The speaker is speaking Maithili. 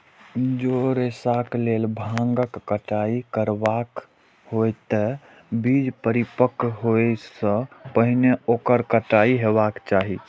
जौं रेशाक लेल भांगक कटाइ करबाक हो, ते बीज परिपक्व होइ सं पहिने ओकर कटाइ हेबाक चाही